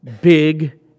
big